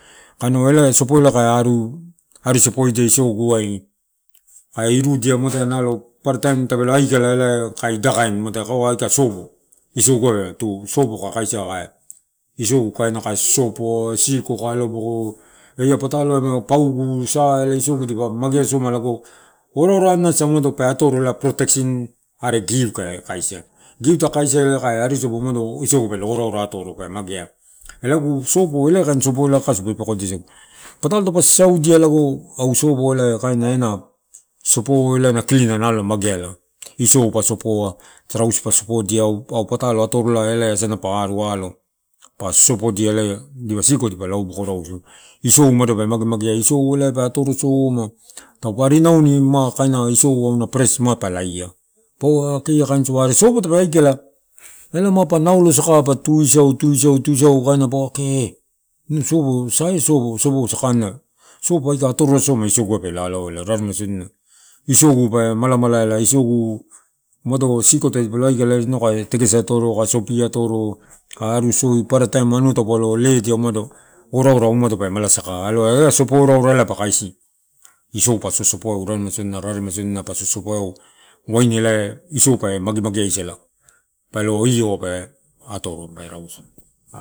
Kaimua ela ia sopo kai aru sopodia isoguai kai. Irudia muatai nnalo paparataim tape lo aikala kai idakain muatai aka sopo isogua pe tu sopo kai kaisia isogu kaina kai sosopoa siko kau aloboko eh ia patalo nalo paugu, sa isogu dipa magea soma lago ora oran asa pe atoro ela protation are give kai kaisi. Give taka kaisi ela kai ari sopo umano isogu pelo ora ora atoro pe magea. Ela agu sopo ia ela kain sopo pepekodiasagu patalo taupe sasaudia lago au sopo kaina sopo klina ela mageala isou pa sopoa trausisi pa sopodia au patalo atora ela asa pa aru alo pa sosopodia elai siko dipa lauboko rausu isou umado pe mage magea isou pe atoro so- ma taupe ari nauni ma kaina isou auna fresh mapu laia, paua ah kee ia kain sopo, are sopo tape aikala ela mapa naulo saka pa tuisau, tuisau tuisau kaina paua kee ina saia sopo saia soposakanna sopo aka atorola soma isoguai pe lalauela raremaisodina. Isogu pe isogu umado tadipalo aikala. Inau kai tegese atoro, kai sobi atoro kai aru sosobi paparataim anua taupa lo ledia ora ora umado pe mala saka alola eh. Ia sopo ora ora pa kaisi isou pa sosopoaeu raremaisodina, raremaisodina a sosopoaaeu wain ela isou pe magemageaisala pe ioua atoro pe mausu.